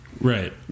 right